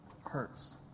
hurts